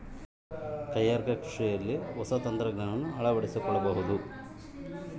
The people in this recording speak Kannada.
ಕೈಗಾರಿಕಾ ಕೃಷಿಯಲ್ಲಿ ಹೊಸ ತಂತ್ರಜ್ಞಾನವನ್ನ ಅಳವಡಿಸಿಕೊಳ್ಳಬಹುದೇ?